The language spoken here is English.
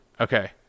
Okay